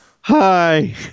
Hi